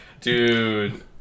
Dude